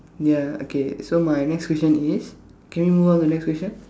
ya okay so my next question is can we move on to the next question